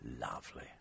Lovely